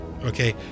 okay